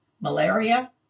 malaria